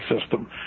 system